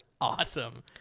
awesome